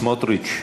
סמוטריץ,